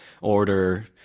order